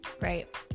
Right